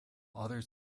others